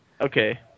Okay